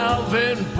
Alvin